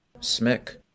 SMIC